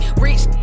Rich